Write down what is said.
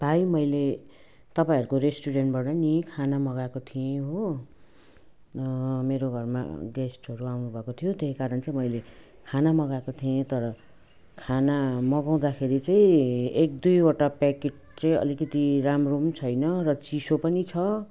भाइ मैले तपाईँहरूको रेस्टुरेन्टबाट नि खाना मगाएको थिएँ हो मेरो घरमा गेस्टहरू आउनुभएको थियो त्यही कारण चाहिँ मैले खाना मगाएको थिएँ तर खाना मगाउँदाखेरि चाहिँ एक दुईवटा प्याकेट चाहिँ अलिकति राम्रो पनि छैन र चिसो पनि छ